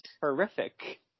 horrific